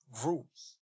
groups